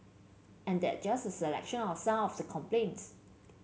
and that's just a selection of some of the complaints